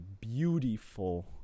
beautiful